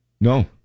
no